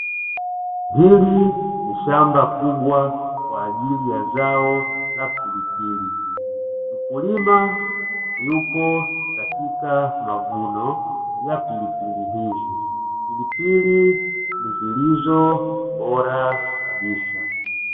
Hili ni shamba kubwa kwa ajili ya zao la pilipli, mkulima yupo katika mavuno ya pilipili hizi pilipili zilizobora kabisa.